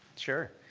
sure,